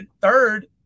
third